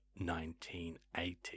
1980